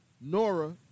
Nora